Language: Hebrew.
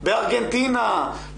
בארגנטינה,